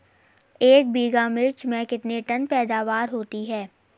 एक बीघा मिर्च में कितने टन पैदावार होती है?